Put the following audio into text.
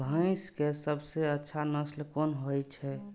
भैंस के सबसे अच्छा नस्ल कोन होय छे?